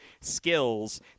skills